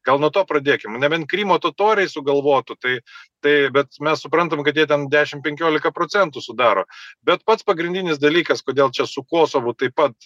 gal nuo to pradėkim nebent krymo totoriai sugalvotų tai tai bet mes suprantam kad jie ten dešim penkiolika procentų sudaro bet pats pagrindinis dalykas kodėl čia su kosovu taip pat